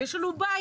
יש לנו בעיה.